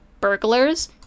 burglars